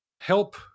help